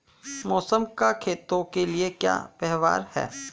मौसम का खेतों के लिये क्या व्यवहार है?